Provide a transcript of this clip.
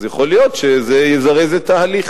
אז יכול להיות שזה יזרז את ההליך,